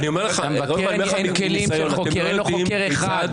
אין לו חוקר אחד.